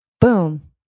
Boom